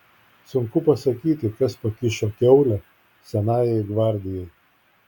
sunku pasakyti kas pakišo kiaulę senajai gvardijai